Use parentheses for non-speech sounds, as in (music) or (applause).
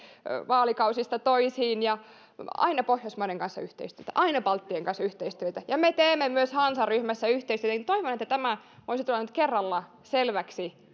vaalikausista toisiin ja aina pohjoismaiden kanssa yhteistyötä aina baltian kanssa yhteistyötä ja me teemme myös hansaryhmässä yhteistyötä toivon että tämä voisi tulla nyt kerralla selväksi (unintelligible)